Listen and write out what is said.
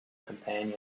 companion